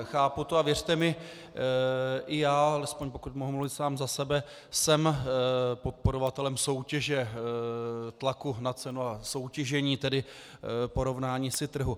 Chápu to a věřte mi, že i já, alespoň pokud mohu mluvit sám za sebe, jsem podporovatelem soutěže, tlaku na cenu a soutěžení, porovnání si trhu.